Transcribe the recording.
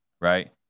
right